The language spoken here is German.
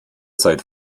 seid